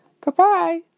goodbye